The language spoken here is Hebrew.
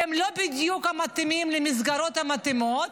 הם לא בדיוק מתאימים למסגרות המתאימות,